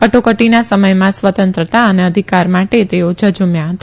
કટોકટીના સમયમાં સ્વતંત્રતા અને અધિકાર માટે તેઓ ઝજુમ્યા હતા